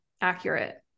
accurate